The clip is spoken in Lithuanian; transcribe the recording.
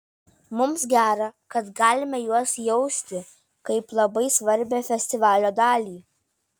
mums gera kad galime juos jausti kaip labai svarbią festivalio dalį